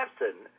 lesson